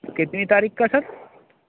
کتنی تاریخ کا سر